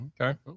okay